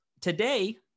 today